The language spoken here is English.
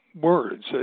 words